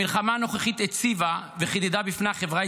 המלחמה הנוכחית הציבה וחידדה בפני החברה